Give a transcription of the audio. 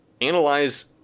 analyze